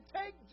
take